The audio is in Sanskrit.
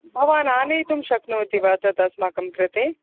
भवान् आनेतुं शक्नोति वा तद् अस्माकं कृते